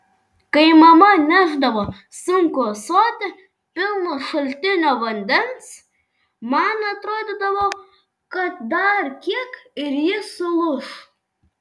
kai mama nešdavo sunkų ąsotį pilną šaltinio vandens man atrodydavo kad dar kiek ir ji sulūš